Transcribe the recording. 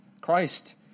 Christ